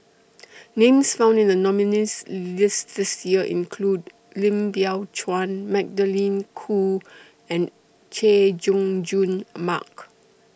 Names found in The nominees' list This Year include Lim Biow Chuan Magdalene Khoo and Chay Jung Jun Mark